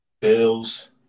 Bills